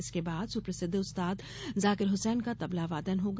इसके बाद सुप्रसिद्ध उस्ताद जाकिर हुसैन का तबला वादन होगा